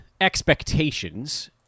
expectations